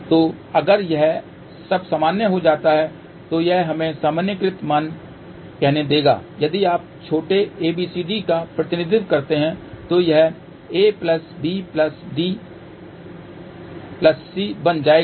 तो अगर यह सब सामान्य हो जाता है तो यह हमें सामान्यीकृत मान कहने देगा यदि आप छोटे abcd का प्रतिनिधित्व करते हैं तो यह a b c d बन जाएगा